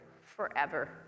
forever